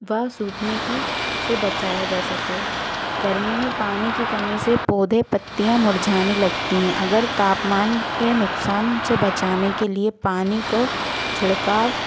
व सूखने की से बचाया जा सके गर्मियों में पानी की कमी से पौधे पत्तियाँ मुरझाने लगती हैं अगर तापमान के नुकसान से बचाने के लिए पानी को छिड़काव